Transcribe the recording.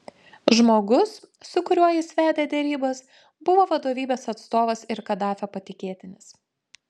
žmogus su kuriuo jis vedė derybas buvo vadovybės atstovas ir kadafio patikėtinis